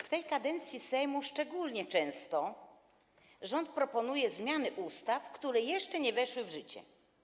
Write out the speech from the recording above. W tej kadencji Sejmu szczególnie często rząd proponuje zmiany ustaw, które jeszcze nie weszły w życie.